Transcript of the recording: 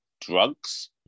drugs